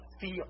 feel